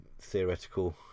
theoretical